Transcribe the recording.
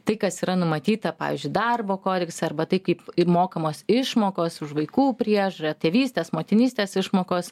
tai kas yra numatyta pavyzdžiui darbo kodekse arba tai kaip ir mokamos išmokos už vaikų priežiūrą tėvystės motinystės išmokos